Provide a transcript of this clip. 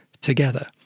together